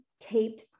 taped